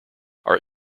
are